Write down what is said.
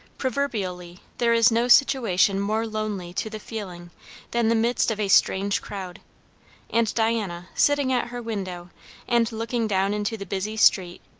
proverbially there is no situation more lonely to the feeling than the midst of a strange crowd and diana, sitting at her window and looking down into the busy street,